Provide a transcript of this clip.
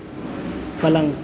पलंग